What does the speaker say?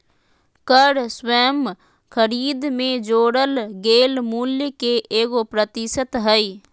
कर स्वयं खरीद में जोड़ल गेल मूल्य के एगो प्रतिशत हइ